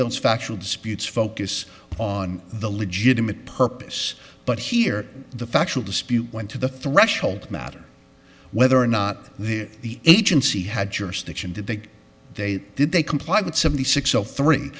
those factual disputes focus on the legitimate purpose but here the factual dispute went to the threshold matter whether or not the agency had jurisdiction did they they did they complied with seventy six all three